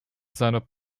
seine